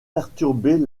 perturber